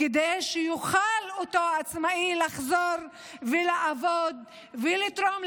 כדי שיוכל אותו עצמאי לחזור ולעבוד ולתרום,